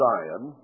Zion